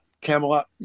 Camelot